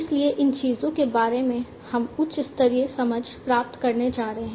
इसलिए इन चीजों के बारे में हम उच्च स्तरीय समझ प्राप्त करने जा रहे हैं